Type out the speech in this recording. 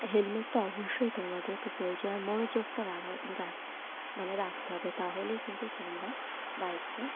হেলমেটটা অবশ্যই তোমাদেরকে প্রয়োজন আর মনোযোগটা রাখা রাখ মানে রাখতে হবে তাহলেই কিন্তু তোমরা বাইকটা